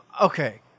Okay